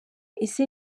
ese